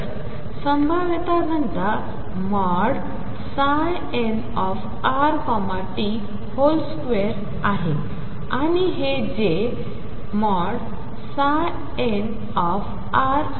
तर संभाव्यताघनताnrt2आणिहेजेnr2आहेकारण